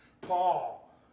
Paul